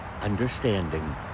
understanding